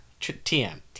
TM